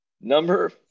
Number